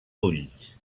ulls